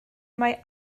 mae